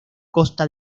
costa